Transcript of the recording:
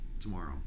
tomorrow